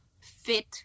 fit